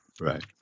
right